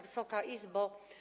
Wysoka Izbo!